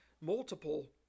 multiple